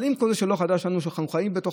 אבל עם כל זה שזה לא חדש לנו ושאנחנו חיים בתוך